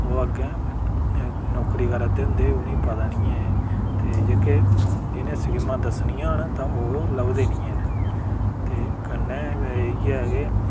ओह् अग्गै नौकरी करा दे होंदे उनें ई पता नेईं ऐ ते जेह्के जिन्हे स्कीमां दस्सनियां न ओह् लभदे नेईं हैन कन्नै इयै के